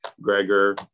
Gregor